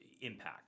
impact